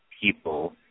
people